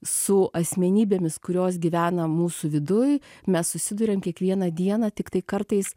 su asmenybėmis kurios gyvena mūsų viduj mes susiduriam kiekvieną dieną tiktai kartais